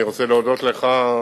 אני רוצה להודות לך,